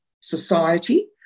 Society